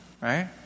right